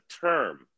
term